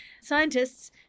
Scientists